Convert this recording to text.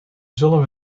zullen